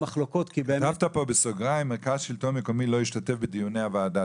כתבת פה בסוגריים מרכז שלטון מקומי לא ישתתף בדיוני הוועדה,